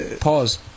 Pause